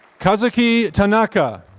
kazuki tanaka.